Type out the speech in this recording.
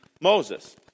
Moses